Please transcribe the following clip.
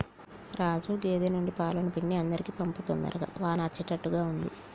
రాజు గేదె నుండి పాలను పిండి అందరికీ పంపు తొందరగా వాన అచ్చేట్టుగా ఉంది